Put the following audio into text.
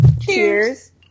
Cheers